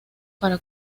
para